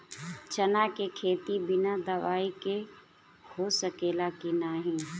चना के खेती बिना दवाई के हो सकेला की नाही?